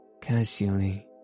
casually